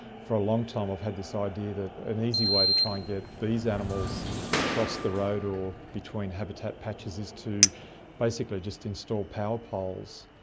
for a long time i've had this idea that an easy way to try and to get these animals across the road or between habitat patches is to basically just install power poles.